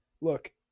look